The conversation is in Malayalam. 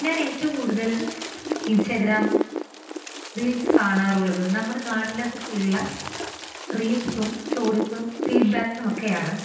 ഞാനേറ്റോം കൂടുതൽ ഇൻസ്റ്റഗ്രാം റീൽസ് കാണാറുള്ളത് നമ്മുടെ നാടിനെ കുറിച്ചുള്ള റീൽസും സ്റ്റോറീസും ഫീഡ്ബാക്സും ഒക്കെയാണ്